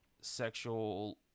sexual